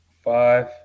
Five